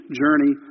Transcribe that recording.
journey